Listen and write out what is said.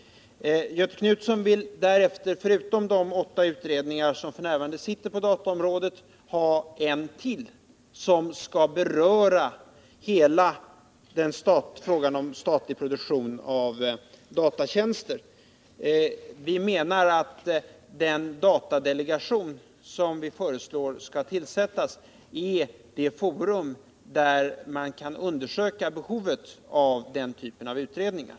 Göthe Knutson vill förutom de åtta utredningar som f. n. arbetar på dataområdet ha ytterligare en, som skall beröra hela frågan om statlig produktion av datatjänster. Vi menar att den datadelegation som vi föreslår skall tillsättas är det forum där man kan undersöka behovet av denna typ av utredningar.